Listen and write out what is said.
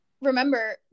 remember